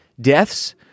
deaths